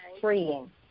freeing